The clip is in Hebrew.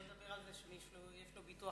שלא נדבר על זה שאם יש לו ביטוח